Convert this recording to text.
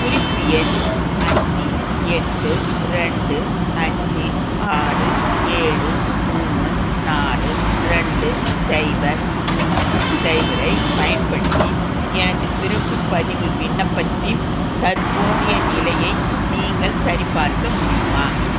குறிப்பு எண் அஞ்சு எட்டு ரெண்டு அஞ்சு ஆறு ஏழு மூணு நாலு ரெண்டு சைபர் மூணு சைபரை பயன்படுத்தி எனது பிறப்புப் பதிவு விண்ணப்பத்தின் தற்போதிய நிலையை நீங்கள் சரிபார்க்க முடியுமா